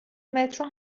مترو